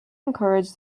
encouraged